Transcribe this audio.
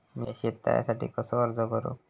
मीया शेत तळ्यासाठी कसो अर्ज करू?